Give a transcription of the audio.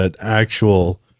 actual